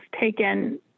taken